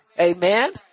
Amen